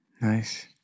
Nice